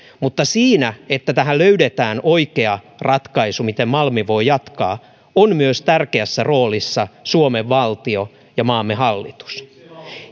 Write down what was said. mutta siinä että tähän löydetään oikea ratkaisu miten malmi voi jatkaa on tärkeässä roolissa myös suomen valtio ja maamme hallitus